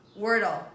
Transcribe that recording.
Wordle